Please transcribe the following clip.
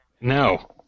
No